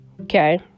Okay